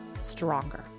stronger